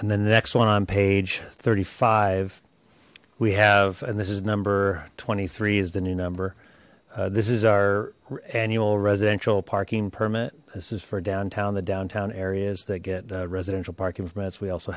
and then the next one on page thirty five we have and this is number twenty three is the new number this is our annual residential parking permit this is for downtown the downtown areas that get residential parking permits we also